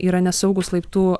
yra nesaugūs laiptų